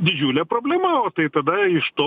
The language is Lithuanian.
didžiulė problema o tai tada iš to